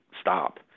stop